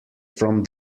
from